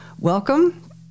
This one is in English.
welcome